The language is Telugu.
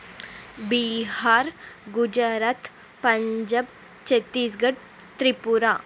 బీహార్ గుజరాత్ పంజాబ్ ఛత్తీస్ఘడ్ త్రిపుర